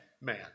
man